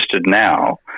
now